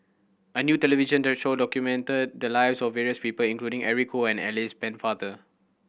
a new television that show documented the lives of various people including Eric Khoo and Alice Pennefather